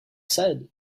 said